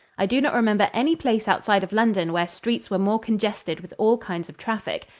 i do not remember any place outside of london where streets were more congested with all kinds of traffic.